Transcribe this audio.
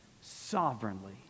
sovereignly